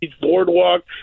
boardwalk